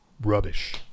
rubbish